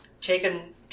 taken